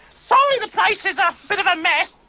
sorry the place is a bit of a mess.